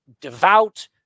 devout